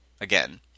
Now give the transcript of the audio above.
again